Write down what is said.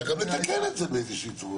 אפשר לתקן את זה באיזושהי צורה.